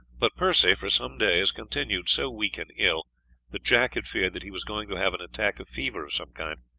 but percy for some days continued so weak and ill that jack had feared that he was going to have an attack of fever of some kind.